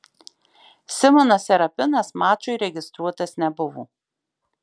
simonas serapinas mačui registruotas nebuvo